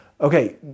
okay